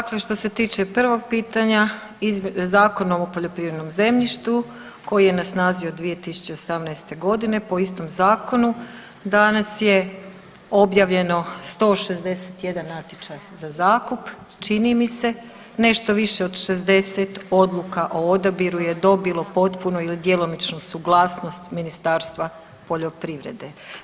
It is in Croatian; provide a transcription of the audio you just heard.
Dakle, što se tiče prvog pitanja Zakonom o poljoprivrednom zemljištu koji je na snazi od 2018. godine po istom zakonu danas je objavljeno 161 natječaj za zakup čini mi se, nešto više od 60 odluka o odabiru je dobilo potpunu ili djelomičnu suglasnost Ministarstva poljoprivrede.